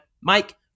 Mike